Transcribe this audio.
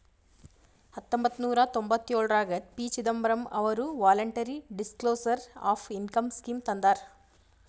ಹತೊಂಬತ್ತ ನೂರಾ ತೊಂಭತ್ತಯೋಳ್ರಾಗ ಪಿ.ಚಿದಂಬರಂ ಅವರು voluntary disclosure of income scheme ತಂದಾರ